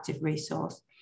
resource